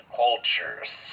cultures